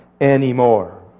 anymore